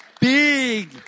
big